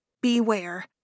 beware